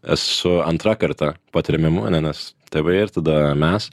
esu antra karta po tremimų ane nes tėvai ir tada mes